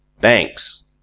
banks,